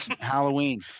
Halloween